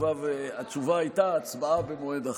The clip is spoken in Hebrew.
התשובה הייתה הצבעה במועד אחר.